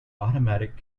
automatic